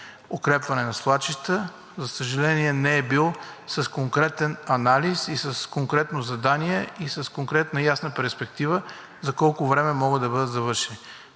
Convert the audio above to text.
укрепвания на свлачища, не е бил с конкретен анализ и с конкретно задание, и с конкретна и ясна перспектива за колко време могат да бъдат завършени.